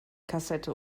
kassette